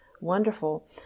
wonderful